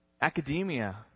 academia